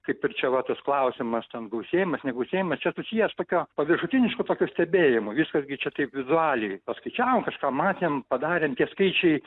kaip ir čia va tas klausimas ten gausėjimas ne gausėjimas čia susijęs tokio paviršutinišku tokiu stebėjimu viskas gi čia taip vizualiai paskaičiavom kažką matėm padarėm tie skaičiai